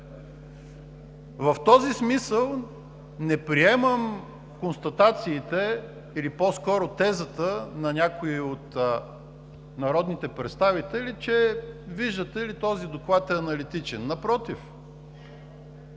В този смисъл не приемам констатациите или по-скоро тезата на някои от народните представители, че – виждате ли – този доклад е аналитичен. Напротив,